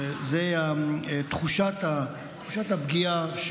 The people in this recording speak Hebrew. הוא תחושת הפגיעה,